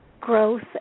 growth